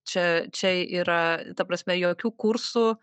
čia čia yra ta prasme jokių kursų